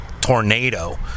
tornado